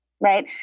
right